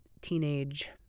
teenage